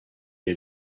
est